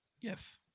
Yes